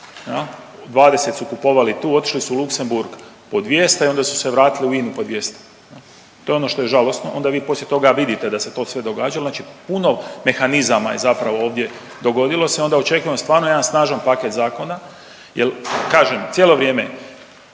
20 su kupovali tu, otišli su u Luxembourg po 200 i onda su se vratili u INA-u po 200. To je ono što je žalosno, onda vi poslije toga vidite da se to sve događalo. Znači puno mehanizama je zapravo ovdje dogodilo se, onda očekujem stvarno jedan snažan paket zakona. Jer kažem cijelo vrijeme